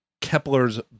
Kepler's